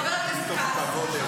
לחבר הכנסת כץ,